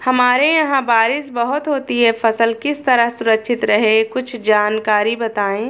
हमारे यहाँ बारिश बहुत होती है फसल किस तरह सुरक्षित रहे कुछ जानकारी बताएं?